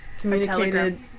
Communicated